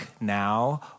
now